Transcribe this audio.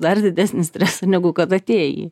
dar didesnį stresą negu kad atėjai